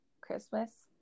christmas